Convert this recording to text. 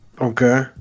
Okay